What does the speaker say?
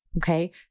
okay